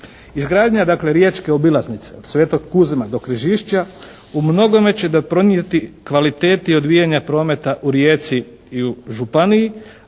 Izgradnja dakle, Riječke obilaznice od Svetog Kuzma do Križišća u mnogome će doprinijeti kvaliteti odvijanja prometa u Rijeci i u županiji.